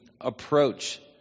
approach